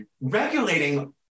regulating